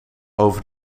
over